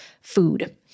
food